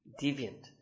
deviant